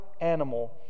animal